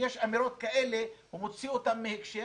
כשיש אמירות כאלה הוא מוציא אותן מהקשר